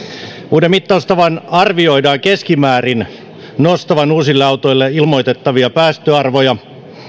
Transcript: uuden mittaustavan arvioidaan keskimäärin nostavan uusille autoille ilmoitettavia päästöarvoja